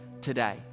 today